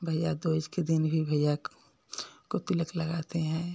भैया दूज के दिन भी भैया को को तिलक लगाते हैं